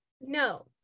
No